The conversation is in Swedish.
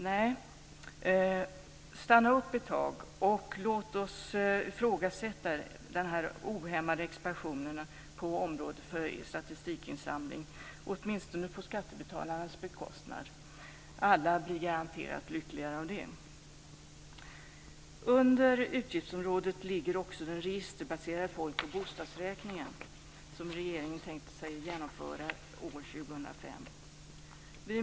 Nej, stanna upp ett tag och låt oss ifrågasätta den ohämmade expansionen på området för statistikinsamling, åtminstone på skattebetalarnas bekostnad. Alla blir garanterat lyckligare av det. Under utgiftsområdet ligger också den registerbaserade folk och bostadsräkningen som regeringen har tänkt sig genomföra under 2005.